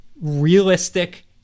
realistic